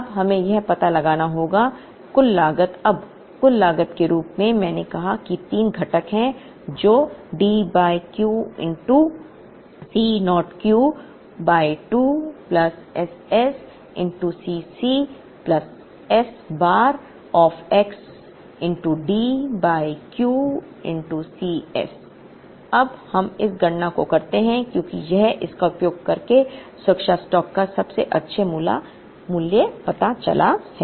अब हमें यह पता लगाना होगा कुल लागत अब कुल लागत के रूप में मैंने कहा कि तीन घटक है जो D by Q C naught Q by 2 plus SS cc plus S bar of x D by Q C s अब हम इस गणना को करते हैं क्योंकि हम इसका उपयोग करके सुरक्षा स्टॉक का सबसे अच्छा मूल्य पता चला है